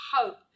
hope